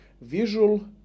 visual